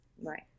Right